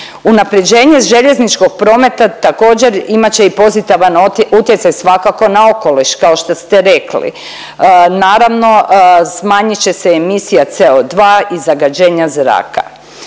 Unapređenje željezničkog prometa također imat će i pozitivan utjecaj svakako na okoliš kao što ste rekli. Naravno smanjit će se emisija CO2 i zagađenja zraka.